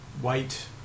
white